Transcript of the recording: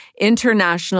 international